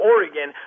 Oregon